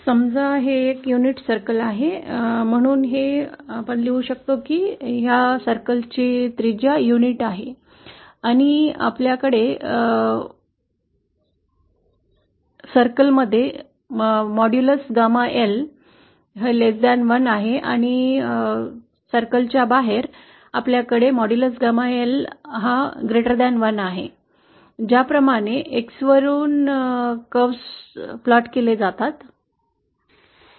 समजा हे एक युनिट वर्तुळ आहे म्हणून हे लिहू शकतो वर्तुळ युनिट त्रिज्या आहे आणि वर्तुळात आपल्याकडे मॉड्यूलस gamma L 1 पेक्षा कमी आहे आणि वर्तुळाच्या बाहेर आहे आपल्याकडे मॉड्यूलस gamma L 1 पेक्षा मोठे आहे